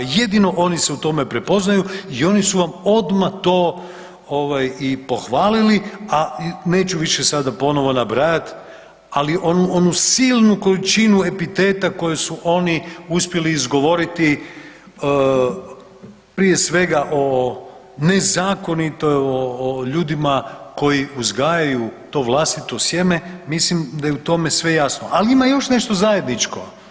Jedino oni se u tome prepoznaju i oni su vam odmah to i pohvalili, a neću više sada ponovo nabrajati, ali onu silnu količinu epiteta koju su oni uspjeli izgovoriti, prije svega o nezakonito, o ljudima koji uzgajaju to vlastito sjeme, mislim da je u tome sve jasno, ali ima još nešto zajedničko.